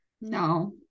no